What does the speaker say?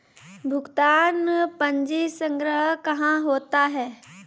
भुगतान पंजी संग्रह कहां होता हैं?